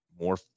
more